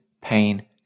pain